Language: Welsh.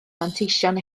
manteision